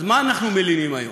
על מה אנחנו מלינים היום?